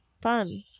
Fun